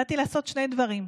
באתי לעשות שני דברים: